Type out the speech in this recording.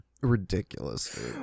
Ridiculous